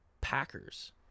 Packers